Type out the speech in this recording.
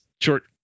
short